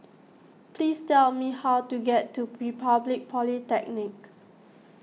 please tell me how to get to Republic Polytechnic